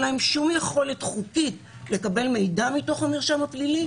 להם שום יכולת חוקית לקבל מידע מתוך המרשם הפלילי,